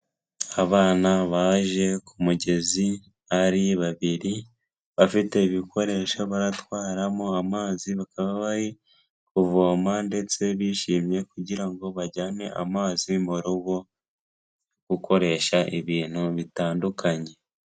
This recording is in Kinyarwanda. Abana baje ku mugezi ari babiri, bafite ibikoresho baratwaramo amazi bakaba bari kuvoma ndetse bishimye kugira ngo bajyane amazi mu rugo, gukoresha ibintu bitandukanye.